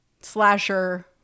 slasher